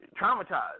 traumatized